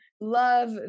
love